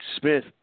Smith